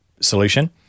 solution